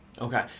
Okay